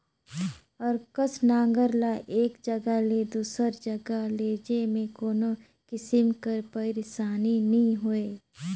अकरस नांगर ल एक जगहा ले दूसर जगहा लेइजे मे कोनो किसिम कर पइरसानी नी होए